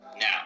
now